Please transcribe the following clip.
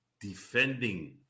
defending